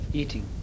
eating।